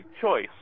choice